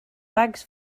bags